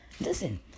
Listen